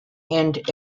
and